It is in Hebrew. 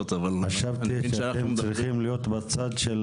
--- חשבתי שאתם צריכים להיות בצד של